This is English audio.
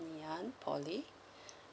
nanyang poly